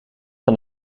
van